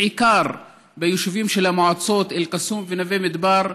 בעיקר ביישובים של המועצות אל-קסום ונווה מדבר,